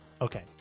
Okay